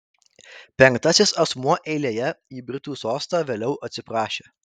penktasis asmuo eilėje į britų sostą vėliau atsiprašė